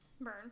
Burn